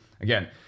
Again